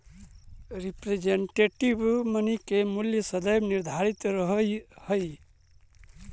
representative money के मूल्य सदैव निर्धारित रहऽ हई